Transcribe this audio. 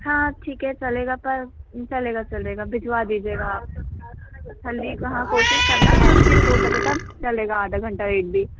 हाँ ठीक है चलेगा पर चलेगा चलेगा भिजवा दीजिएगा आप जल्दी कहाँ कोशिश करना फ़िर हो सकेगा तो चलेगा आधा घंटा एक भी